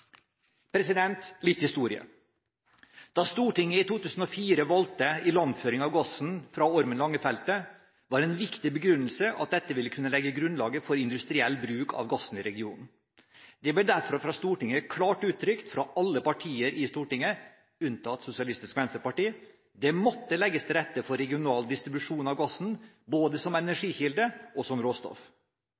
Litt historie: Da Stortinget i 2004 valgte ilandføring av gassen fra Ormen Lange-feltet, var en viktig begrunnelse at dette ville kunne legge grunnlaget for industriell bruk av gassen i regionen. Det ble derfor fra Stortinget klart uttrykt – fra alle partier i Stortinget, unntatt Sosialistisk Venstreparti – at det måtte legges til rette for regional distribusjon av gassen, både som energikilde og som råstoff.